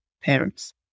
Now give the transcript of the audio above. parents